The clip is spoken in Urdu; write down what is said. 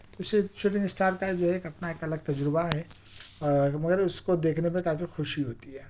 اِس سے شوٹنگ اسٹار کا جو ہے اپنا ایک الگ تجربہ ہے اور مگر اِس کو دیکھنے میں کافی خوشی ہوتی ہے